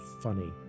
funny